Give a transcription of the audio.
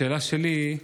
השאלה שלי,